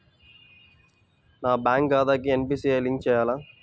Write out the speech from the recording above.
నా బ్యాంక్ ఖాతాకి NPCI link చేయాలా?